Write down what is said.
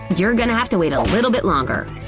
you're gonna have to wait a little bit longer!